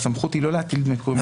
הסמכות היא לא להטיל דמי פיגורים.